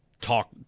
talk